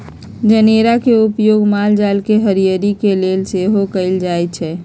जनेरा के उपयोग माल जाल के हरियरी के लेल सेहो कएल जाइ छइ